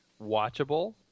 watchable